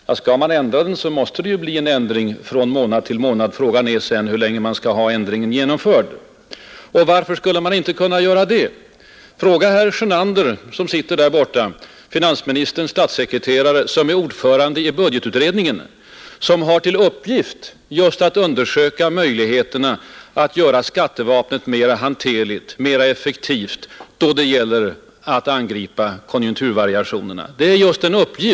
Ja, skall man ändra den, så måste det ju bli en ändring från månad till månad. Frågan är sedan hur länge ändringen skall gälla. Och varför skulle man inte kunna göra det? Fråga herr Sjönander som sitter där borta, finansministerns statssekreterare som är ordförande i budgetutredningen, som har till uppgift att just undersöka möjligheterna att göra skattevapnet mera hanterligt, mera effektivt då det gäller att angripa konjunkturvariationerna.